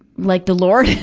like, the lord,